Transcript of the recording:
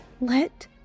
Let